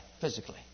physically